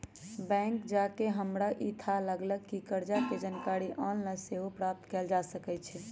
bank जा कऽ हमरा इ थाह लागल कि कर्जा के जानकारी ऑनलाइन सेहो प्राप्त कएल जा सकै छै